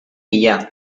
bila